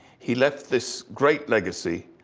he left this great legacy,